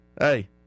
Hey